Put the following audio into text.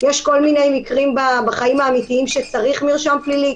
יכולה לומר שיש כל מיני מקרים בחיים האמיתיים שבהם כן צריך מרשם פלילי,